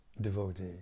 devotee